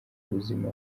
ubuzima